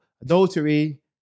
adultery